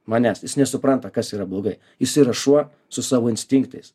manęs jis nesupranta kas yra blogai jis yra šuo su savo instinktais